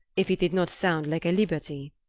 if it did not sound like a liberty.